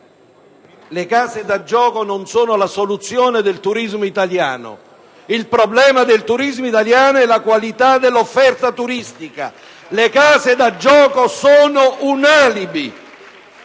Le case da gioco non sono la soluzione del turismo italiano. Il problema del turismo italiano è la qualità dell'offerta turistica. *(Applausi dai Gruppi*